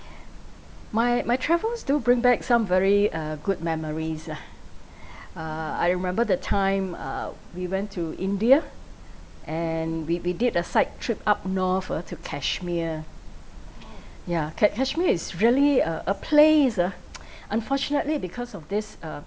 my my travels do bring back some very uh good memories ah uh I remember the time ugh we went to india and we we did a side trip up north ah to kashmir ya ka~ kashmir is really uh a place uh unfortunately because of this uh